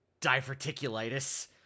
diverticulitis